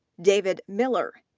david miller,